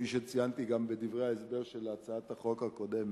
כפי שציינתי גם בדברי ההסבר של הצעת החוק הקודמת,